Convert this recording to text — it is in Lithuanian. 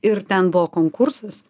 ir ten buvo konkursas